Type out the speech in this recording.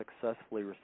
successfully